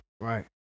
Right